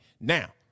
Now